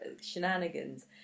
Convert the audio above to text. shenanigans